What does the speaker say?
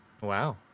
Wow